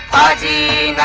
id